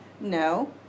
No